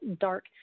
dark